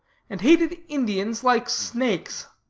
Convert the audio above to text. and hated indians like snakes.